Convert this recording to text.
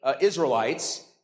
Israelites